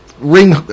ring